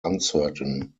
uncertain